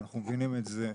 ואנחנו מבינים את זה,